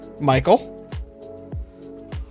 Michael